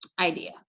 idea